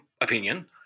opinion